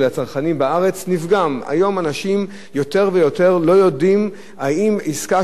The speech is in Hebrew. היום אנשים יותר ויותר לא יודעים אם עסקה שהם אמורים לעשות,